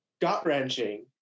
gut-wrenching